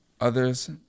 others